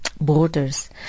borders